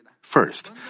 First